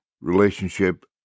relationship